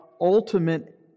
ultimate